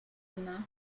enough